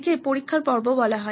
একে পরীক্ষার পর্ব বলা হয়